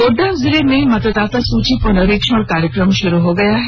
गोड़डा जिले में मतदाता सूची पुनरीक्षण कार्यक्रम प्रारंभ हो गया है